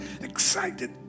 excited